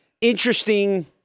interesting